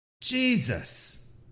Jesus